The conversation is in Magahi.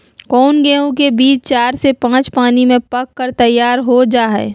कौन गेंहू के बीज चार से पाँच पानी में पक कर तैयार हो जा हाय?